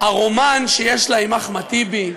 הרומן שיש לה עם אחמד טיבי,